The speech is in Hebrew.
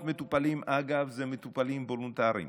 800 מטופלים הם מטופלים וולונטריים,